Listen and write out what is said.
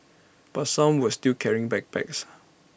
but some were still carrying backpacks